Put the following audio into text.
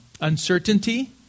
uncertainty